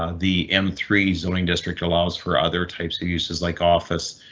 ah the m three zoning district allows for other types of uses like office,